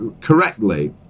correctly